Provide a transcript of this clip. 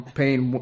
paying